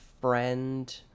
friend